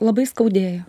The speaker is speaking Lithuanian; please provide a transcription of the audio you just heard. labai skaudėjo